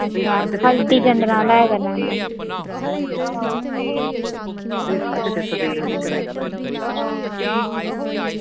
अच्छा हल्दी चंदन आह्ला कराना असें